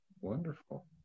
wonderful